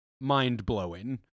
mind-blowing